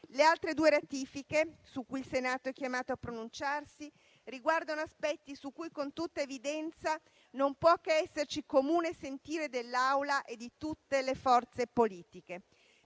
Le altre due ratifiche su cui il Senato è chiamato a pronunciarsi riguardano aspetti su cui, con tutta evidenza, non può che esserci comune sentire dell'Assemblea e di tutte le forze politiche.